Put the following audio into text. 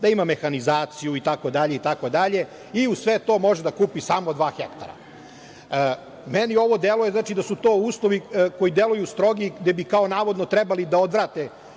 da ima mehanizaciju, itd, itd, i uz sve to može da kupi samo dva hektara. Meni ovo deluje da su to uslovi koji deluju strogi, gde bi kao navodno da odvrate